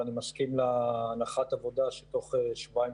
ואני מסכים להנחת העבודה שוך שבועיים,